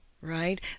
right